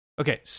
Okay